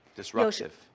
disruptive